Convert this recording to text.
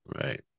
right